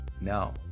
now